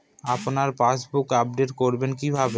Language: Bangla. আপনার পাসবুক আপডেট করবেন কিভাবে?